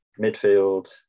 Midfield